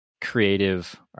creative